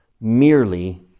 merely